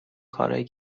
کارهایی